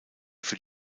für